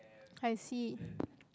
I see